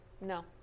No